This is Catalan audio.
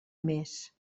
mes